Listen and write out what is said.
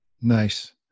Nice